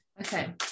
Okay